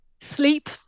sleep